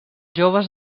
joves